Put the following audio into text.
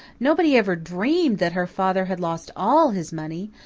nobody ever dreamed that her father had lost all his money,